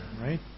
right